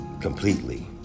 Completely